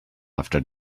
after